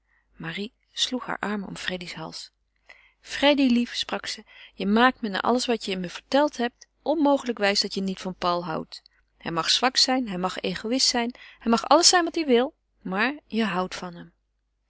marie sloeg hare armen om freddy's hals freddy lief sprak ze je maakt me na alles wat je me verteld hebt onmogelijk wijs dat je niet van paul houdt hij mag zwak zijn hij mag egoïst zijn hij mag alles zijn wat hij wil maar je houdt van hem